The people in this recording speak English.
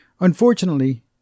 Unfortunately